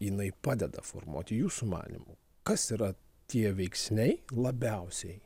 jinai padeda formuoti jūsų manymu kas yra tie veiksniai labiausiai